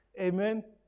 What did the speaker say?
Amen